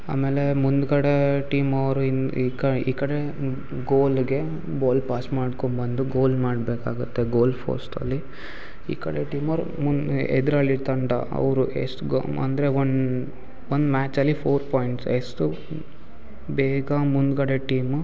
ಆಮೇಲೆ ಮುಂದುಗಡೆ ಟೀಮವರು ಇನ್ನು ಈ ಕ ಈ ಕಡೆ ಗೋಲ್ಗೆ ಬಾಲ್ ಪಾಸ್ ಮಾಡ್ಕೊಂಡ್ಬಂದು ಗೋಲ್ ಮಾಡಬೇಕಾಗತ್ತೆ ಗೋಲ್ ಫೋಸ್ಟಲ್ಲಿ ಈ ಕಡೆ ಟೀಮವ್ರು ಮುಂದೆ ಎದುರಾಳಿ ತಂಡ ಅವರು ಎಷ್ಟು ಗೋ ಅಂದರೆ ಒಂದು ಒಂದು ಮ್ಯಾಚಲ್ಲಿ ಫೋರ್ ಪಾಯಿಂಟ್ಸ್ ಎಷ್ಟು ಬೇಗ ಮುಂದುಗಡೆ ಟೀಮು